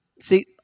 See